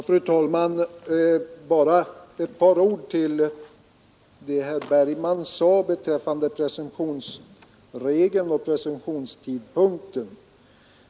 Fru talman! Bara ett par ord till det herr Bergman sade beträffande presumtionsregeln och presumtionstidpunkten!